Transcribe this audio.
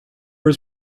was